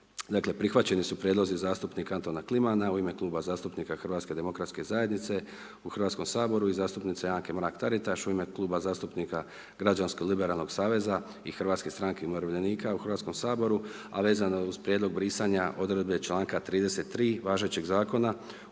Dakle, prihvaćeni su prijedlozi zastupnika Antona Klimana u ime Kluba zastupnika Hrvatske demokratske zajednice u Hrvatskom saboru i zastupnice Anke Mrak-Taritaš u ime Kluba zastupnika Građansko liberalnog saveza i Hrvatske stranke umirovljenika u Hrvatskom saboru, a vezano je uz prijedlog brisanja odredbe članka 33., važećeg Zakona